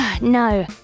No